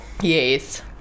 Yes